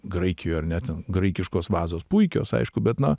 graikijoj ar ne ten graikiškos vazos puikios aišku bet na